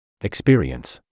Experience